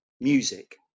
music